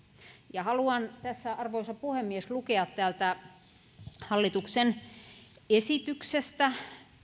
ja haluan tässä arvoisa puhemies lukea hallituksen esityksestä